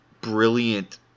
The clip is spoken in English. brilliant